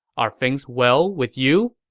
are things well with you?